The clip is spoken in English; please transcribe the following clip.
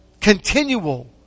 continual